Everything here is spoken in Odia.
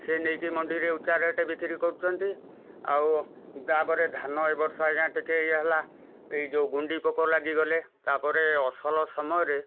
ସିଏ ନେଇକି ମଣ୍ଡିରେ ଉଚ୍ଚା ରେଟ୍ ବିକ୍ରି କରୁଛନ୍ତି ଆଉ ତାପରେ ଧାନ ଏ ବର୍ଷ ଆଜ୍ଞା ଟିକେ ଇଏ ହେଲା ଏଇ ଯେଉଁ ଗୁଣ୍ଡି ପୋକ ଲାଗିଗଲେ ତାପରେ ଅସଲ ସମୟରେ